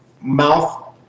mouth